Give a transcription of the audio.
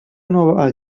nova